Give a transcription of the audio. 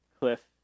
cliff